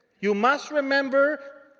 you must remember